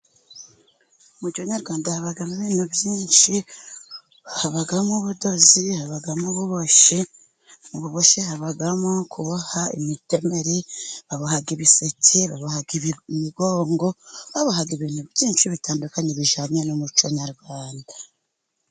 Mu muco nyarwanda habamo ibintu byinshi: habamo ubudozi, habamo ububoshyi. Mu buboshyi habamo kuboha imitemeri, baboha ibiseke, baboha imigongo, baboha ibintu byinshi bitandukanye bijyanye n'umuco nyarwanda.